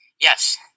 Yes